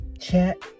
chat